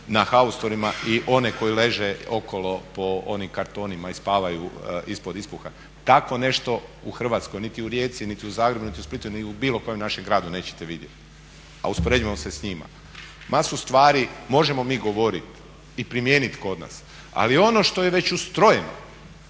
na haustorima i one koje leže okolo po onim kartonima i spavaju ispod …/Govornik se ne razumije./…. Takvo nešto u Hrvatskoj, niti u Rijeci, niti u Zagrebu, niti u Splitu, niti u bilo kojem našem gradu nećete vidjeti a uspoređujemo se s njima. Masu stvari možemo mi govoriti i primijeniti kod nas ali ono što je već ustrojeno,